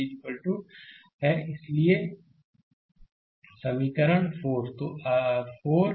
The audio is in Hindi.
तो इसे हल करने के बाद I1 75 ampere I2 25 ampere I3 393 ampere i4 214 मिलेगा 2143 एम्पीयर